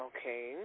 Okay